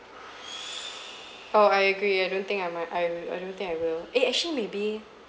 oh I agree I don't think I'm I I don't think I will eh actually maybe